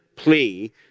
plea